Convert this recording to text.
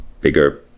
bigger